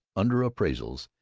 underappraisals,